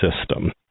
system